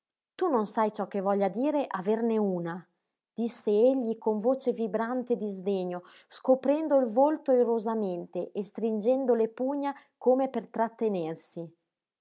tu non sai ciò che voglia dire averne una disse egli con voce vibrante di sdegno scoprendo il volto irosamente e stringendo le pugna come per trattenersi